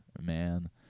man